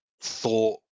thought